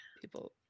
people